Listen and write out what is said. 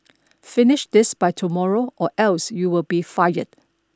finish this by tomorrow or else you will be fired